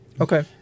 Okay